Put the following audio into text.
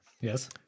Yes